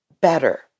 better